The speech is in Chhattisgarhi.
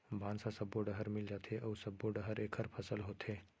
बांस ह सब्बो डहर मिल जाथे अउ सब्बो डहर एखर फसल होथे